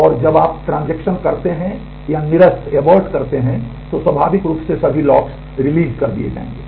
और जब आप ट्रांजेक्शन रिलीज़ कर दिए जायेंगे